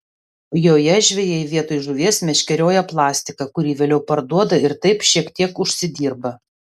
joje žvejai vietoj žuvies meškerioja plastiką kurį vėliau parduoda ir taip šiek tiek užsidirba